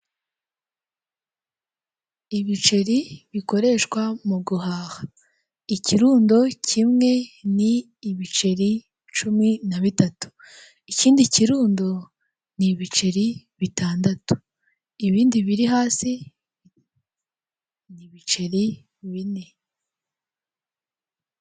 Ibiceri bikoreshwa mu guhaha. Ikirundo kimwe ni ibiceri cumi na bitatu. Ikindi kirundo ni ibiceri bitandatu. Ibindi biri hasi ni ibiceri bine.